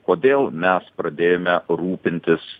kodėl mes pradėjome rūpintis